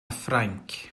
ffrainc